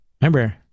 Remember